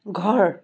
ঘৰ